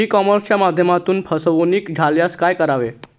E कॉमर्सच्या माध्यमातून फसवणूक झाल्यास काय करावे?